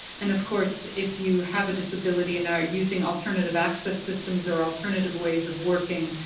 and of course, if you have a disability and are using alternative access systems or alternative ways of working,